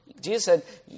Jesus